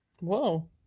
Whoa